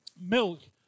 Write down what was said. milk